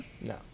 No